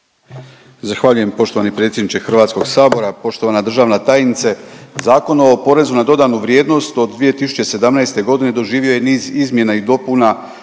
Zahvaljujem poštovani predsjedniče Hrvatskog sabora, poštovana državna tajnice. Zakon o porezu na dodanu vrijednost od 2017. godine doživio je niz izmjena i dopuna